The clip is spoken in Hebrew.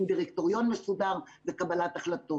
עם דירקטוריון מסודר בקבלת החלטות.